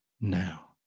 now